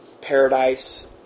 paradise